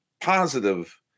positive